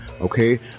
Okay